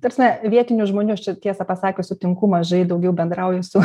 ta prasme vietinių žmonių aš čia tiesą pasakius sutinku mažai daugiau bendrauju su